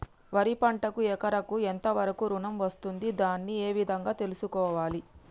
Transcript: వరి పంటకు ఎకరాకు ఎంత వరకు ఋణం వస్తుంది దాన్ని ఏ విధంగా తెలుసుకోవాలి?